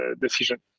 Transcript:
decision